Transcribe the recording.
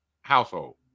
household